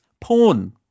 Porn